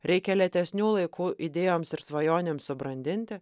reikia lėtesnių laikų idėjoms ir svajonėms subrandinti